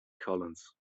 collins